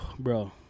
Bro